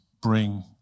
bring